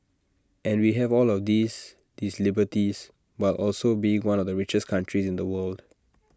and we have all of these these liberties while also being one of the richest countries in the world